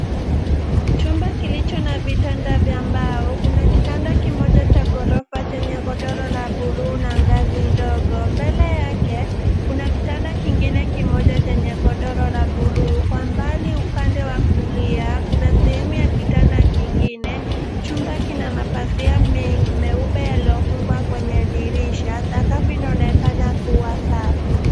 Chumba kilicho na vitanda vya mbao. Kuna kitanda kimoja cha ghorofa chenye godoro la bluu na ngazi ndogo. Mbele yake kuna kitanda kingine kimoja chenye godoro ya bluu. Kwa mbali upande wa kulia sakafu inaonekana kuwa safi.